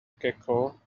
cackle